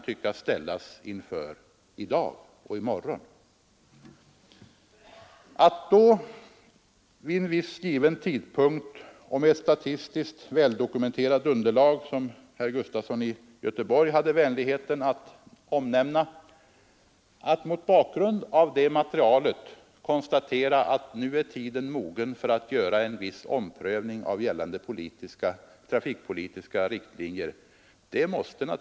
Det måste därför vara helt riktigt att vid en viss tidpunkt och med ett statistiskt väl dokumenterat underlag, som herr Gustafson i Göteborg hade vänligheten att omnämna, konstatera att tiden nu är mogen för att göra en viss omprövning av gällande trafikpolitiska riktlinjer.